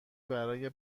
برای